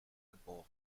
geboren